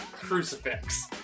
crucifix